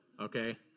okay